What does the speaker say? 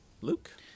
Luke